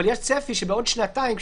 אבל יש צפי שבעוד שנתיים,